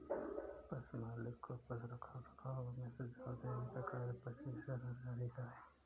पशु मालिक को पशु रखरखाव में सुझाव देने का कार्य पशु चिकित्सा कर्मचारी का है